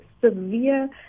severe